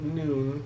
noon